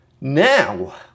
Now